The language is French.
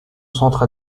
centre